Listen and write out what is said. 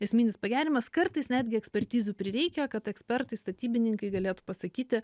esminis pagerinimas kartais netgi ekspertizių prireikia kad ekspertai statybininkai galėtų pasakyti